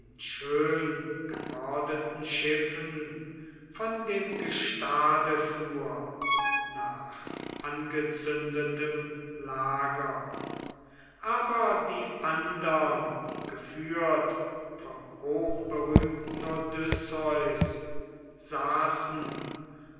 in schöngebordeten schiffen von dem gestade fuhr nach angezündetem lager aber die andern geführt vom hochberühmten odysseus saßen